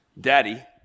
Daddy